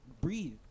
breathe